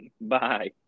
bye